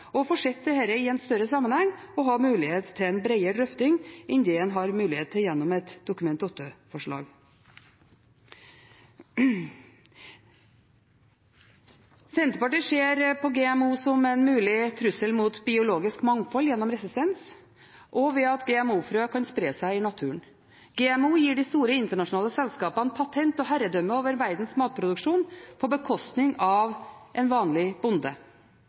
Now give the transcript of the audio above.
og får sett dette i en større sammenheng, der en har muligheten til en bredere drøfting enn det en har mulighet til gjennom et Dokument 8-forslag. Senterpartiet ser på GMO som en mulig trussel mot biologisk mangfold gjennom resistens og ved at GMO-frø kan spre seg i naturen. GMO gir de store internasjonale selskapene patent og herredømme over verdens matproduksjon på bekostning av en vanlig bonde.